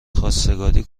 خواستگاری